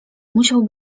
musiał